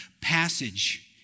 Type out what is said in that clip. passage